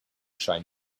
shine